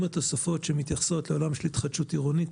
עם התוספות שמתייחסות לעולם של התחדשות עירונית,